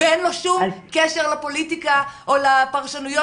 ואין לו שום קשר לפוליטיקה או לפרשנויות